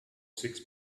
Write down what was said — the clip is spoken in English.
six